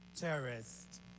Terrorist